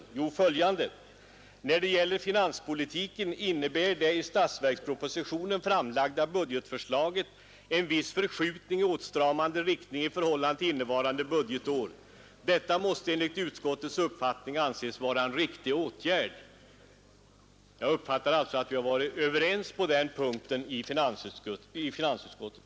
Jo, följande: ”När det gäller finanspolitiken innebär det i statsverkspropositionen framlagda budgetförslaget en viss förskjutning i åtstramande riktning i förhållande till innevarande budgetår. Detta måste enligt utskottets uppfattning anses vara en riktig åtgärd.” Jag noterar alltså att vi har varit överens på den punkten i finansutskottet.